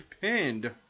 pinned